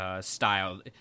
style